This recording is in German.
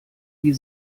die